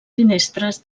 finestres